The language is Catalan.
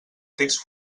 text